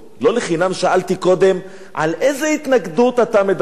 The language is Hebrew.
לא לחינם שאלתי קודם על איזו התנגדות אתה מדבר.